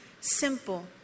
Simple